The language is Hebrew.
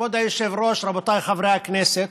כבוד היושב-ראש, רבותיי חברי הכנסת,